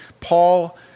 Paul